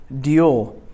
deal